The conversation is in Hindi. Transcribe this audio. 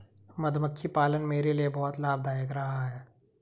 मधुमक्खी पालन मेरे लिए बहुत लाभदायक रहा है